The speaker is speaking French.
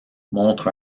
montre